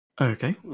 Okay